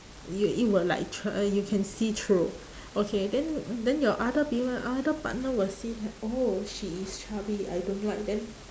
it it will like tr~ uh you can see through okay then then your other people other partner will see that oh she is chubby I don't like then